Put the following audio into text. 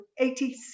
86